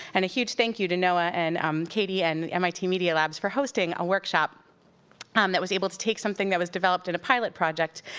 and a huge thank you to noaa, and um katy, and the mit media lab for hosting a workshop um that was able to take something that was developed in a pilot project,